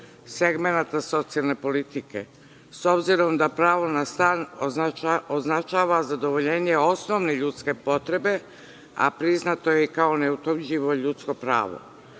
segmenata socijalne politike, s obzirom da pravo na stan označava zadovoljenje osnovne ljudske potrebe, a priznato je kao neotuđivo ljudsko pravo.